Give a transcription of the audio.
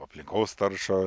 aplinkos taršą